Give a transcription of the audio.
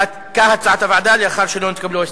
כהצעת הוועדה, לאחר שלא התקבלו ההסתייגויות.